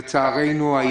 לצערנו,